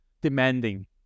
demanding